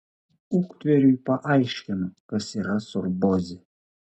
uktveriui paaiškino kas yra sorbozė